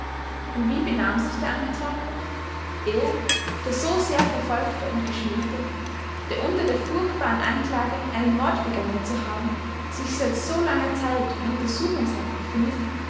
und wie benahm sich der angeklagte er der so sehr verfolgte und geschmähte der unter der furchtbaren anklage einen mord begangen zu haben sich seit so langer zeit in untersuchungshaft befindet